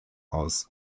aus